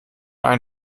ein